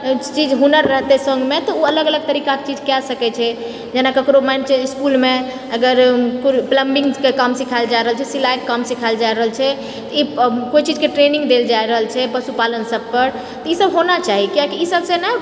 चीज हुनर रहतै सङ्गमे तऽ ओ अलग अलग तरीकाकेँ चीज कए सकैत छै जेना ककरो मानि कऽ चलू इसकुल अगर प्लम्बिंगके काम सीखाएल जाए रहल छै सिलाइके काम सीखाएल जाए रहल छै तऽ ई कोइ चीजकेँ ट्रेनिंग देल जाए रहल छै पशुपालन सब पर तऽ ई सब होना चाही किआकि ई सबसँ ने